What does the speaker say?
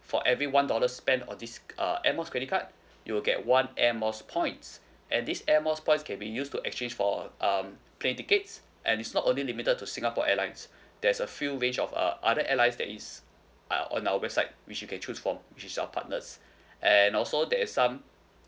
for every one dollar spent on this uh Air Miles credit card you will get one Air Miles points and this Air Miles points can be used to exchange for um plane tickets and is not only limited to singapore airlines there is a few range of uh other airlines that is uh on our website which you can choose for which is our partners and also there's some